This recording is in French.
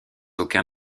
aucun